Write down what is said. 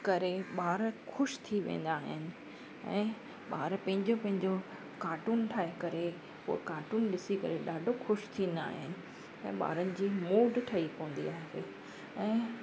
करे ॿार ख़ुशि थी वेंदा आहिनि ऐं ॿार पंहिंजो पंहिंजो कार्टून ठाहे करे उहो कार्टून ॾिसी करे ॾाढो ख़ुशि थींदा आहिनि ऐं ॿारनि जी मूड ठही पवंदी आहे ऐं